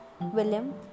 William